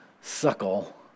Suckle